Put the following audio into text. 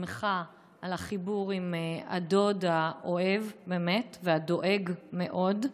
שמחה על החיבור עם הדוד האוהב והדואג מאוד.